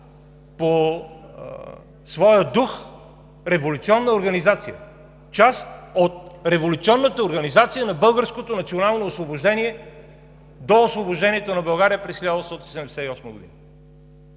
по своя дух революционна организация – част от революционната организация на българското национално освобождение до Освобождението на България през 1878 г.